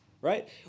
right